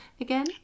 again